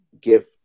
give